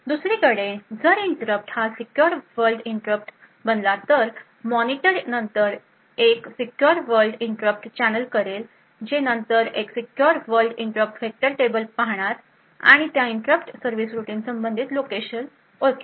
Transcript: दुसरीकडे जर इंटरप्ट हा एक सीक्युर वर्ल्ड इंटरप्ट बनला तर मॉनिटर नंतर एक सीक्युर वर्ल्ड इंटरप्ट चॅनेल करेल जे नंतर एक secure world interrupt vector table पाहिल आणि त्या इंटरप्ट सर्व्हिस रूटीन संबंधित लोकेशन ओळखेल